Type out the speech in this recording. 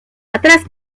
atrás